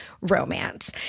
romance